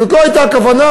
זאת לא הייתה הכוונה.